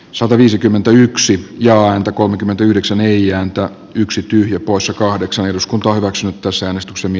sataviisikymmentäyksi ääntä kolmekymmentäyhdeksän ei antaa yksi tyhjä poissa kahdeksan eduskunta hyväksyy tässä innostukseni